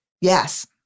Yes